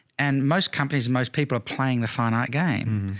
and most companies, most people are playing the finite game,